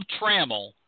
Trammell